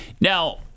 Now